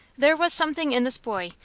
there was something in this boy,